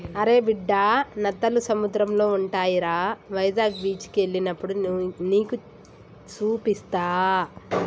అరే బిడ్డా నత్తలు సముద్రంలో ఉంటాయిరా వైజాగ్ బీచికి ఎల్లినప్పుడు నీకు సూపిస్తా